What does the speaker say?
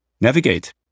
navigate